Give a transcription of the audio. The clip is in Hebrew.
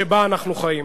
שבה אנחנו חיים.